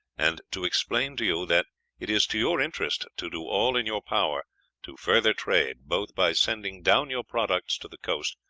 and to explain to you that it is to your interest to do all in your power to further trade, both by sending down your products to the coast,